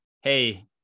hey